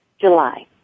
July